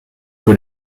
que